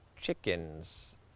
chickens